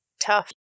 tough